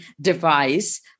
device